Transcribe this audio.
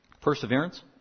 perseverance